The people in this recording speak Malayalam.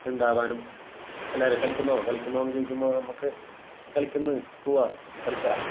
ഉണ്ടാവാനും എല്ലാവരും കളിക്കുന്നോ കളിക്കുന്നോ എന്ന് ചോദിക്കുമ്പോ നമുക്ക് കളിക്കുന്നു പോവാം കളിക്കാം